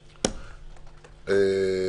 התקש"ח.